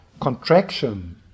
contraction